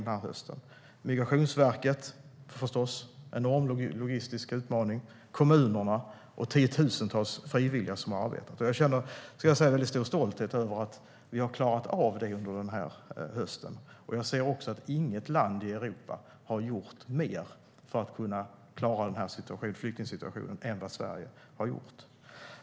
Det gäller förstås Migrationsverket, som har haft en enorm logistisk utmaning, kommunerna och tiotusentals frivilliga. Jag känner stor stolthet över att vi har klarat av det under den här hösten. Jag ser inte att något annat land i Europa har gjort mer än Sverige för att kunna klara flyktingsituationen.